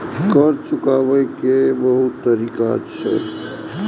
कर्जा चुकाव के बहुत तरीका छै?